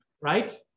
Right